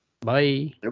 Bye